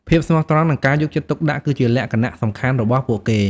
ភាពស្មោះត្រង់នឹងការយកចិត្តទុកដាក់ គឺជាលក្ខណៈសំខាន់របស់ពួកគេ។